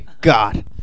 God